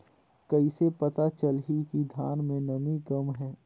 कइसे पता चलही कि धान मे नमी कम हे?